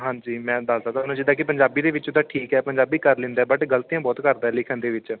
ਹਾਂਜੀ ਮੈਂ ਦੱਸਦਾ ਤੁਹਾਨੂੰ ਜਿੱਦਾਂ ਕਿ ਪੰਜਾਬੀ ਦੇ ਵਿੱਚ ਤਾਂ ਠੀਕ ਹੈ ਪੰਜਾਬੀ ਕਰ ਲੈਂਦਾ ਬਟ ਗਲਤੀਆਂ ਬਹੁਤ ਕਰਦਾ ਲਿਖਣ ਦੇ ਵਿੱਚ